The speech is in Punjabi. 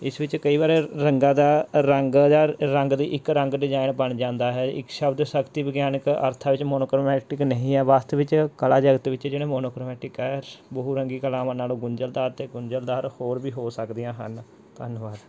ਇਸ ਵਿੱਚ ਕਈ ਵਾਰ ਰੰਗਾਂ ਦਾ ਰੰਗਦਾਰ ਰੰਗ ਦੀ ਇੱਕ ਰੰਗ ਡਿਜ਼ਾਇਨ ਬਣ ਜਾਂਦਾ ਹੈ ਇੱਕ ਸ਼ਬਦ ਸ਼ਕਤੀ ਵਿਗਿਆਨਿਕ ਅਰਥਾਂ ਵਿੱਚ ਮੋਨੋਕ੍ਰੈਮੈਟਿਕ ਨਹੀਂ ਹੈ ਵਾਸਤਵਿਕ ਕਲਾ ਜਗਤ ਵਿੱਚ ਜਿਹੜੇ ਮੋਨੋਕ੍ਰੈਮੈਟਿਕ ਹੈ ਬਹੁ ਰੰਗੀ ਕਲਾਵਾਂ ਨਾਲੋਂ ਗੁੰਝਲਦਾਰ ਅਤੇ ਗੁੰਝਰਦਾਰ ਹੋਰ ਵੀ ਹੋ ਸਕਦੀਆਂ ਹਨ ਧੰਨਵਾਦ